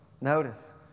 Notice